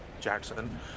Jackson